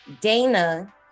Dana